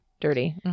dirty